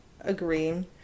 agree